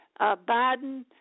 Biden